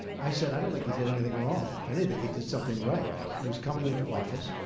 i said, i don't think he did anything wrong. if anything, he did something right. he was coming into office,